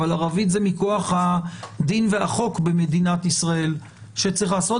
אבל ערבית זה מכוח הדין והחוק במדינת ישראל שצריך לעשות,